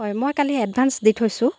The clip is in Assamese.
হয় মই কালি এডাভান্স দি থৈছোঁ